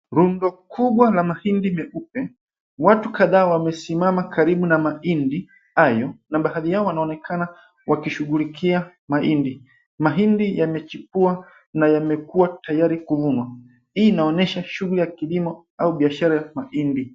Rundo kubwa la mahindi meupe. Watu kadhaa wamesimama karibu na mahindi hayo na baadhi yao wanaonekana wakishighulikia mahindi . Mahindi yamechipua na yamekuwa tayari kuvunwa. Hii inaonyesha shughuli ya kilimo au biashara ya mahindi.